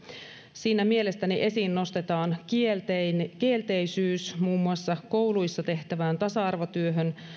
siinä mielestäni esiin nostetaan kielteisyys muun muassa kouluissa tehtävää tasa arvotyötä kohtaan